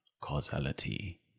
causality